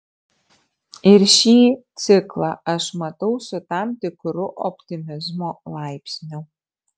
ir šį ciklą aš matau su tam tikru optimizmo laipsniu